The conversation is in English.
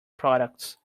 products